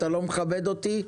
אתה לא מכבד אותי,